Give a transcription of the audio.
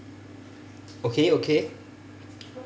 okay okay